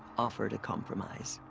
offered a compromise.